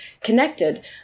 connected